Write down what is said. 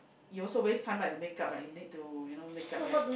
you also waste time right the makeup right you need to you know makeup right